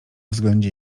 względzie